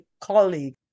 colleague